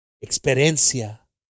Experiencia